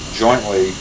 jointly